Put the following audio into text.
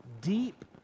deep